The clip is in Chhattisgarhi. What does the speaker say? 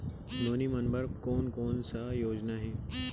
नोनी मन बर कोन कोन स योजना हे?